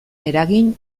eragin